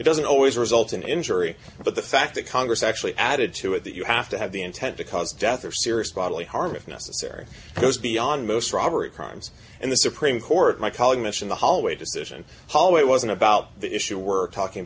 it doesn't always result in injury but the fact that congress actually added to it that you have to have the intent to cause death or serious bodily harm if necessary goes beyond most robbery crimes and the supreme court my colleague mentioned the hallway decision hallway wasn't about the issue we're talking